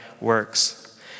works